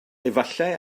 efallai